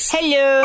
Hello